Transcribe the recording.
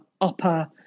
upper